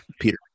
Peter